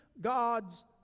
God's